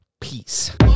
Peace